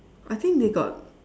I think they got